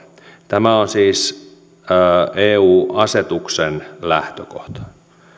tämä on siis eu asetuksen lähtökohta